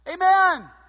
Amen